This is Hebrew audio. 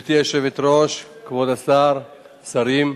גברתי היושבת-ראש, כבוד השרים,